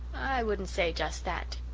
i wouldn't say just that.